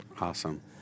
Awesome